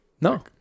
No